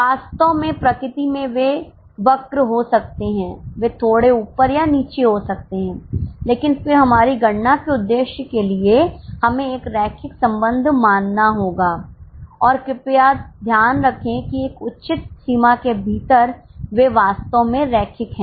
वास्तव में प्रकृति में वे वक्र हो सकते हैं वे थोड़े ऊपर या नीचे जा सकते हैं लेकिन फिर हमारी गणना के उद्देश्य के लिए हमें एक रैखिक संबंध मानना होगा और कृपया ध्यान रखें कि एक उचित सीमा के भीतर वे वास्तव में रैखिक हैं